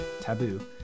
Taboo